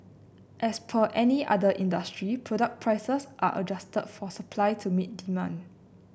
as per any other industry product prices are adjusted for supply to meet demand